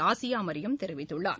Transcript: Asia Mariyam தெரிவித்துள்ளார்